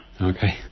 Okay